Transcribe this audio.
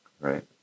Right